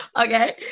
Okay